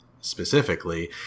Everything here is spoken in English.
specifically